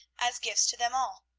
as gifts to them all.